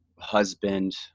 husband